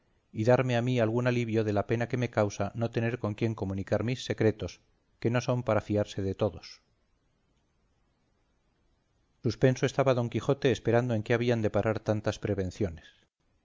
y darme a mí algún alivio de la pena que me causa no tener con quien comunicar mis secretos que no son para fiarse de todos suspenso estaba don quijote esperando en qué habían de parar tantas prevenciones